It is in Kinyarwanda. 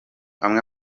amwe